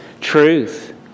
Truth